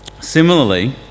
Similarly